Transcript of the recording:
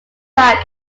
track